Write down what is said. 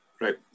Right